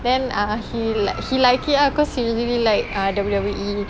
then ah he like he like it ah cause he really like ah W_W_E